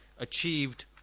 Achieved